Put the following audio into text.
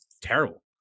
Terrible